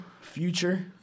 future